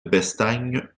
bestagne